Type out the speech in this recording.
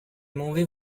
movie